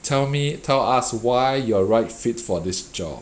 tell me tell us why you're right fit for this job